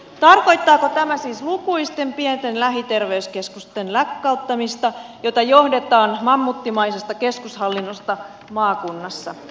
tarkoittaako tämä siis lukuisten pienten lähiterveyskeskusten lakkauttamista jota johdetaan mammuttimaisesta keskushallinnosta maakunnassa